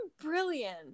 brilliant